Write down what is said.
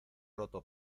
roto